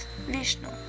Vishnu